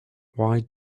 why